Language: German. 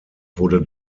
wurde